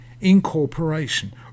incorporation